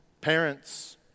parents